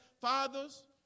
fathers